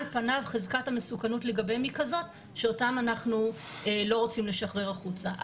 על פניו חזקת המסוכנות היא כזאת שאותן אנחנו לא רוצים לשחרר החוצה.